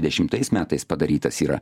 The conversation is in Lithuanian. dešimtais metais padarytas yra